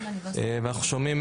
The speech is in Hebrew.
אנחנו שומעים